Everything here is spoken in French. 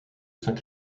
saint